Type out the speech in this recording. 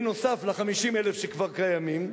נוסף על 50,000 שכבר קיימים,